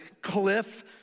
cliff